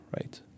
right